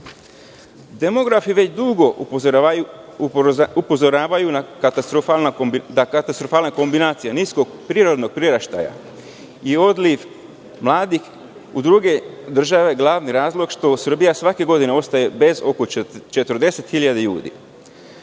prava. Demografi već dugo upozoravaju na katastrofalne kombinacije, niskog prirodnog priraštaja i odliv mladih u druge države i glavni razlog što Srbija svake godine ostaje bez 40.000